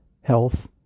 health